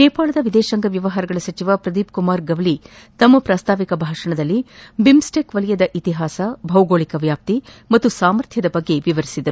ನೇಪಾಳದ ವಿದೇತಾಂಗ ವ್ಯವಹಾರಗಳ ಸಚಿವ ಪ್ರದೀಪ್ಕುಮಾರ್ ಗವಲಿ ತಮ್ಮ ಪ್ರಾಸ್ತಾವಿಕ ಭಾಷಣದಲ್ಲಿ ಬಿಮ್ಸ್ಟೆಕ್ ವಲಯದ ಇತಿಹಾಸ ಭೌಗೋಳಿಕ ಹಾಗೂ ವ್ಯಾಪ್ತಿ ಸಾಮರ್ಥ್ವದ ಬಗ್ಗೆ ವಿವರಿಸಿದರು